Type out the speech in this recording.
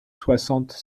soixante